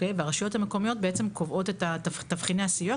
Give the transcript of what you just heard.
והרשויות המקומיות קובעות את תבחיני הסיוע,